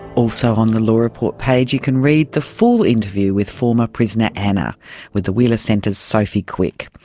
also on the law report page you can read the full interview with former prisoner anna with the wheeler centre's sophie quick,